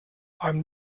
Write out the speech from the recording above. einem